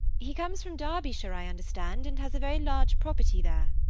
he comes from derbyshire, i understand, and has a very large property there.